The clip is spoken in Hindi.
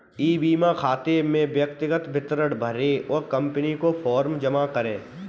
ई बीमा खाता में व्यक्तिगत विवरण भरें व कंपनी को फॉर्म जमा करें